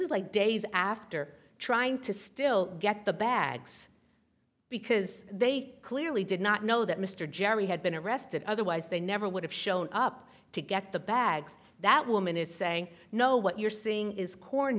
is like days after trying to still get the bags because they clearly did not know that mr jerry had been arrested otherwise they never would have shown up to get the bags that woman is saying no what you're seeing is corn